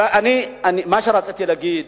רציתי להגיד